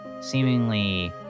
seemingly